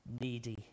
needy